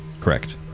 Correct